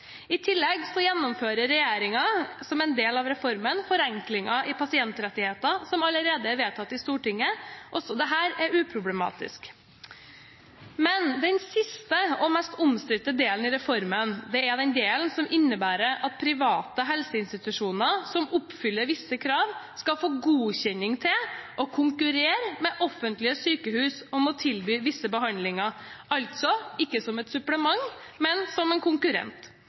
I tillegg gjennomfører regjeringen som en del av reformen forenklinger i pasientrettigheter som allerede er vedtatt i Stortinget. Også dette er uproblematisk. Men den siste – og mest omstridte – delen i reformen er den delen som innebærer at private helseinstitusjoner som oppfyller visse krav, skal få godkjenning til å konkurrere med offentlige sykehus om å tilby visse behandlinger, altså ikke som et supplement, men som en konkurrent.